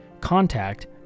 contact